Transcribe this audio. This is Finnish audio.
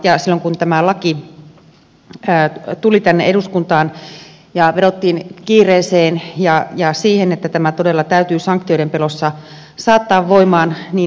silloin kun tämä laki tuli tänne eduskuntaan vedottiin kiireeseen ja siihen että tämä todella täytyi sanktioiden pelossa saattaa voimaan